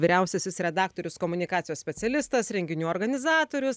vyriausiasis redaktorius komunikacijos specialistas renginių organizatorius